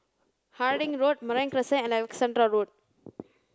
Harding Road Marine Crescent and Alexandra Road